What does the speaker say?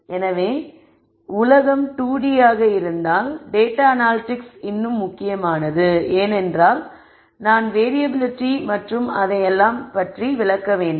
எனவே உலகம் 2D ஆக இருந்தால் டேட்டா அனலிடிக்ஸ் இன்னும் முக்கியமானது ஏனென்றால் நான் வேறியபிலிட்டி மற்றும் அதையெல்லாம் விளக்க வேண்டும்